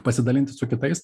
pasidalinti su kitais